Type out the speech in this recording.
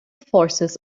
forces